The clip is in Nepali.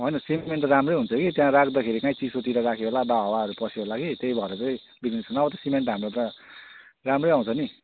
होइन सिमेन्ट त राम्रो हुन्छ कि त्यहाँ राख्दाखेरि काहीँ चिसोतिर राख्यो होला वा हावाहरू पस्यो होला कि त्यही भएर चाहिँ बिग्रिन्छ नभए सिमेन्ट त राम्रै आउँछ नि